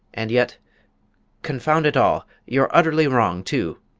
and yet confound it all you're utterly wrong, too!